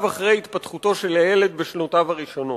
אחרי התפתחותו של הילד בשנותיו הראשונות.